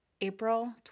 April